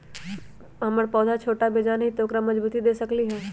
हमर पौधा छोटा बेजान हई उकरा मजबूती कैसे दे सकली ह?